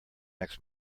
next